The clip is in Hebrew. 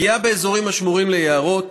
פגיעה באזורים השמורים ליערות,